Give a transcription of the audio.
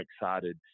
excited